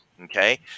okay